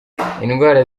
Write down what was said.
indwara